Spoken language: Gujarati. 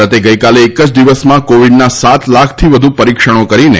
ભારતે ગઈકાલે એક જ દિવસમાં કોવીડના સાત લાખથી વધુ પરિક્ષણો કરીને